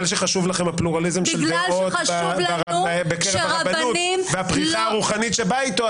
שחשוב לכם הפלורליזם בקרב הרבנות והפריחה הרוחנית שבאה איתו,